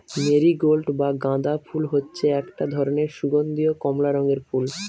marigold বা গাঁদা ফুল হচ্ছে একটা ধরণের সুগন্ধীয় কমলা রঙের ফুল